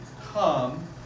come